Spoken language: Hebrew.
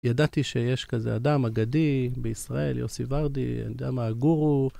ידעתי שיש כזה אדם אגדי בישראל, יוסי ורדי, אני יודע מה, גורו.